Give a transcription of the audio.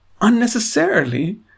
unnecessarily